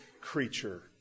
creature